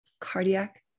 cardiac